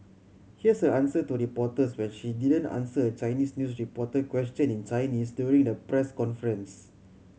here's her answer to reporters when she didn't answer a Chinese news reporter question in Chinese during the press conference